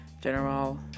general